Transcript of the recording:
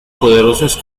poderosas